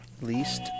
Least